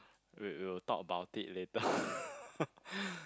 wait we will talk about it later